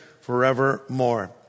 forevermore